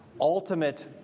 ultimate